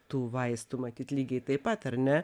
tų vaistų matyt lygiai taip pat ar ne